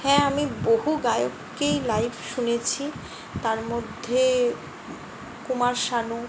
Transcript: হ্যাঁ আমি বহু গায়ককেই লাইভ শুনেছি তার মধ্যে কুমার শানু